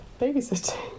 babysitting